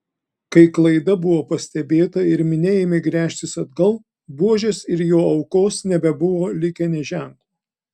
kai klaida buvo pastebėta ir minia ėmė gręžtis atgal buožės ir jo aukos nebebuvo likę nė ženklo